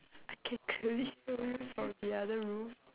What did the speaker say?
I can clearly hear you from the other room